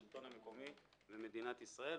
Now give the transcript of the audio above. השלטון המקומי ומדינת ישראל.